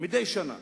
מדי שנה.